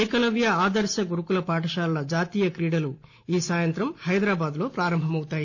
ఏకలవ్య ఆదర్భ గురుకుల పాఠశాలల జాతీయ క్రీడోత్సవాలు ఈ సాయంత్రం హైదరాబాద్ లో ప్రారంభమవుతున్నాయి